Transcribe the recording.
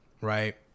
Right